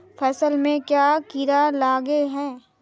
फसल में क्याँ कीड़ा लागे है?